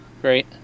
great